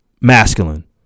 masculine